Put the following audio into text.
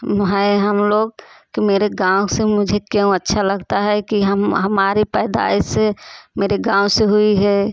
है हम लोग की मेरे गाँव से मुझे क्यों अच्छा लगता है कि हम हमारी पैदाइश मेरे गाँव से हुई है